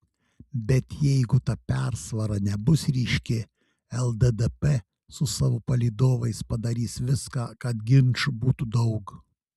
bet jeigu ta persvara nebus ryški lddp su savo palydovais padarys viską kad ginčų būtų daug